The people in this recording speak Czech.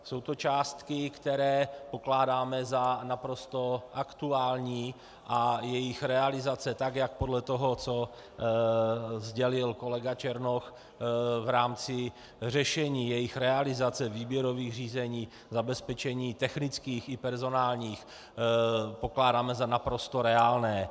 Jsou to částky, které pokládáme za naprosto aktuální, a jejich realizace, podle toho, co sdělil kolega Černoch v rámci řešení jejich realizace, výběrových řízení, zabezpečení technických i personálních, pokládáme za naprosto reálné.